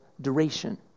duration